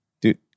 Dude